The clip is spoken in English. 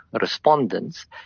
respondents